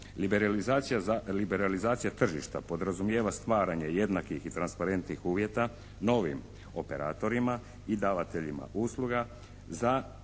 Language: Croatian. Liberalizacija tržišta podrazumijeva stvaranje jednakih i transparentnih uvjeta novim operatorima i davateljima usluga za ravnopravni